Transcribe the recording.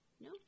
no